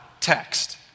text